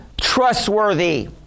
trustworthy